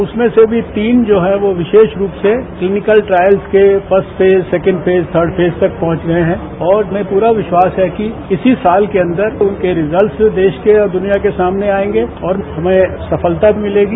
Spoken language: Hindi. उसमें से भी तीन जो हैं वो विशेष रूप से क्लिनिकल ट्रायल्सके first phase second phase third phase तक पहुंच गये हैं और हमें पूरा विश्वास है कि इसी साल के अंदर उनकेरिजल्ट्स देश के और दुनिया के सामने आयेंगे और हमें सफलता मिलेगी